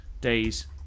days